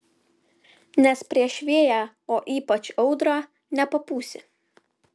nes prieš vėją o ypač audrą nepapūsi